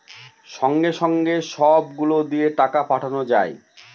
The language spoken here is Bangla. সঙ্গে সঙ্গে সব গুলো দিয়ে টাকা পাঠানো যায়